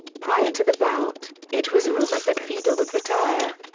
prior to the bout, it was rumored that fedor would retire.